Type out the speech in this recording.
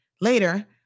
later